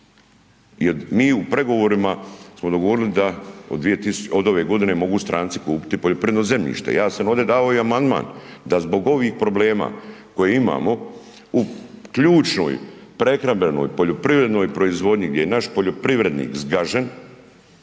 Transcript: Mi u pregovorima smo dogovorili da od ove godine mogu stranci kupiti poljoprivredno zemljište, ja sam ovdje davao i amandman da zbog ovih problema koje imamo u ključnoj prehrambenoj, poljoprivrednoj proizvodnji gdje je naš poljoprivrednik zgažen